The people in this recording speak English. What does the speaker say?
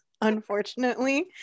unfortunately